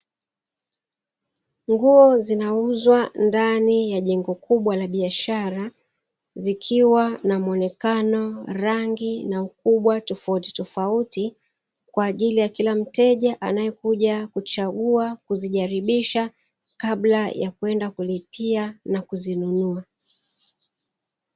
Nguo zinauzwa ndani ya jengo kubwa la biashara zikiwa na muonekano wa rangi na ukubwa tofauti tofauti kwa ajili ya kila mteja anaekuja kuchagua kuzijaribisha kabla ya kwenda kulipia na kuzinunua.